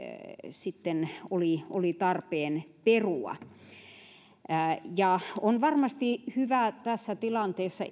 sitten oli oli tarpeen perua on varmasti edelleenkin hyvä tässä tilanteessa